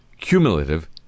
cumulative